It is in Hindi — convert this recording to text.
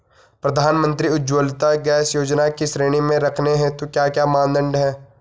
प्रधानमंत्री उज्जवला गैस योजना की श्रेणी में रखने हेतु क्या क्या मानदंड है?